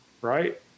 Right